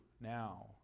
now